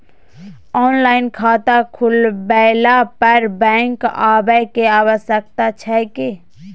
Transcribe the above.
Online खाता खुलवैला पर बैंक आबै के आवश्यकता छै की?